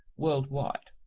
worldwide